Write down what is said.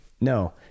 No